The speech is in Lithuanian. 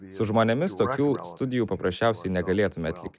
su žmonėmis tokių studijų paprasčiausiai negalėtume atlikti